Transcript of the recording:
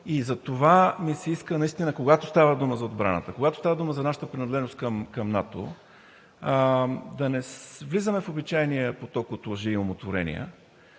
и затова ми се иска наистина, когато става дума за отбраната, когато става дума за нашата принадлежност към НАТО, да не влизаме в обичайния поток от лъжи и умотворения,